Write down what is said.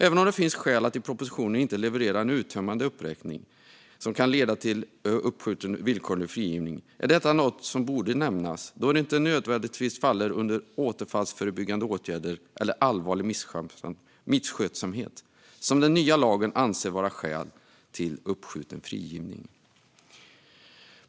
Även om det finns skäl att i propositionen inte leverera en uttömmande uppräkning av allt som kan leda till uppskjuten villkorlig frigivning är detta något som borde nämnas då det inte nödvändigtvis faller under återfallsförebyggande åtgärder eller allvarlig misskötsamhet, som den nya lagen anser vara skäl till uppskjuten frigivning.